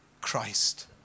Christ